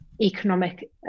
economic